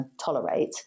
tolerate